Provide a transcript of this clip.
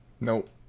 Nope